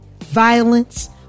violence